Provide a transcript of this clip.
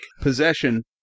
possession